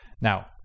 Now